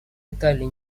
италии